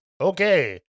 Okay